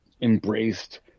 embraced